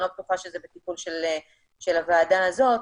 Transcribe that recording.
אני לא בטוחה שזה בטיפול של הוועדה הזאת,